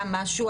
גם משהו.